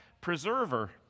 preserver